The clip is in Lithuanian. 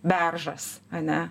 beržas ane